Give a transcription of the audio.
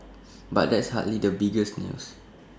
but that's hardly the biggest news